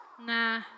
Nah